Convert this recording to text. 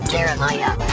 Jeremiah